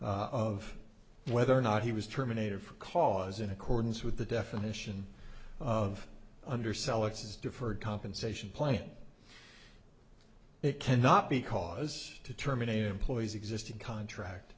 of whether or not he was terminated for cause in accordance with the definition of undersell it says deferred compensation plan it cannot be cause to terminate employees existing contract